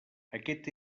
aquest